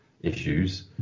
issues